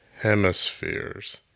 hemispheres